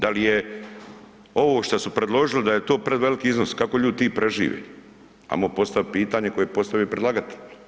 Da li je ovo što su predložili da je to preveliki iznos, kako ljudi ti prežive ajmo postaviti pitanje koje je postavio i predlagatelj?